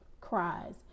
cries